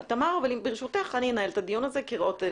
תמר, ברשותך, אני אנהל את הדיון הזה כראות עיניי.